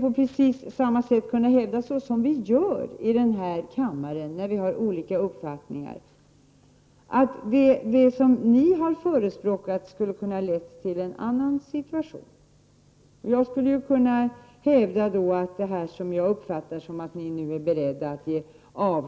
På precis samma sätt skulle jag, som vi gör i denna kammare när vi har olika uppfattningar, kunna hävda att det ni har förespråkat hade kunna leda till en annan situation. Jag skulle alltså kunna hävda att ni, som jag uppfattar detta, är beredda att